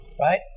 right